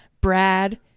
brad